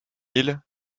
île